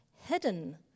hidden